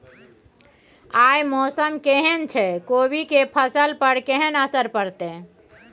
आय मौसम केहन छै कोबी के फसल पर केहन असर परतै?